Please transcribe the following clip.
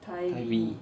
tivy